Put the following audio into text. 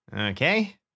Okay